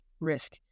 risk